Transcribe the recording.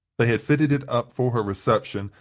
they had fitted it up for her reception,